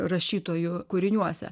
rašytojų kūriniuose